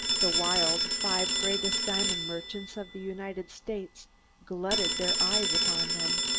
the while the five greatest diamond merchants of the united states glutted their eyes upon them.